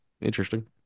Interesting